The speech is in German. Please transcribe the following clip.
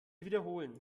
wiederholen